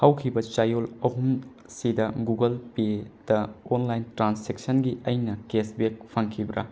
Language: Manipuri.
ꯍꯧꯈꯤꯕ ꯆꯌꯣꯜ ꯑꯍꯨꯝꯁꯤꯗ ꯒꯨꯒꯜ ꯄꯦꯗ ꯑꯣꯟꯂꯥꯏꯟ ꯇ꯭ꯔꯥꯟꯖꯦꯛꯁꯟꯒꯤ ꯑꯩꯅ ꯀꯦꯁꯕꯦꯛ ꯐꯪꯈꯤꯕ꯭ꯔꯥ